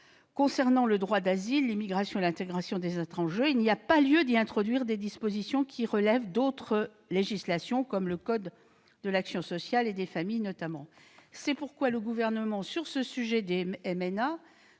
concerne le droit d'asile, l'immigration et l'intégration des étrangers, il n'y a pas lieu d'y introduire des dispositions qui relèvent d'autres législations, par exemple le code de l'action sociale et des familles. C'est pourquoi le Gouvernement estime, sur